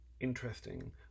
interesting